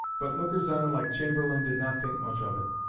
but lookers-on like chamberlain did not think much of it.